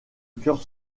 cœur